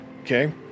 okay